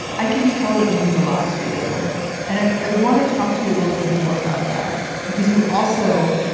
i can tell it means a lot to you and i want to talk to you a little bit more about that, because you also.